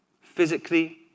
physically